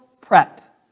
prep